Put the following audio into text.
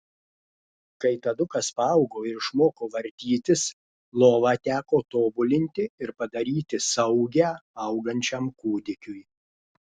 kai tadukas paaugo ir išmoko vartytis lovą teko tobulinti ir padaryti saugią augančiam kūdikiui